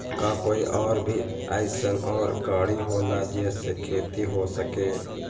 का कोई और भी अइसन और गाड़ी होला जे से खेती हो सके?